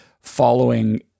following